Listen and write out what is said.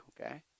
okay